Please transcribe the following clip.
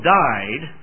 died